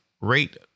rate